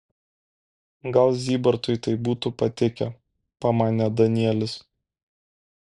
gal zybartui tai būtų patikę pamanė danielis